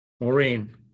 Maureen